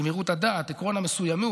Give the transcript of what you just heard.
גמירות הדעת ועקרון המסוימות,